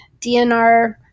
DNR